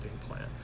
plan